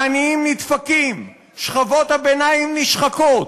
העניים נדפקים, שכבות הביניים נשחקות,